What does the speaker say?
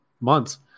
months